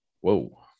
Whoa